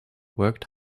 worked